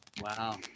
Wow